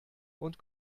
und